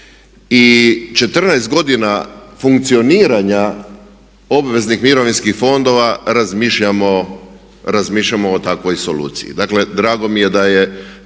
i 14 godina funkcioniranja obveznih mirovinskih fondova razmišljamo o takvoj soluciji. Dakle drago mi je da je